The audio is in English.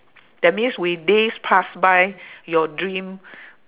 that means with days pass by your dream